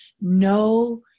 no